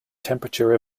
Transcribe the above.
temperature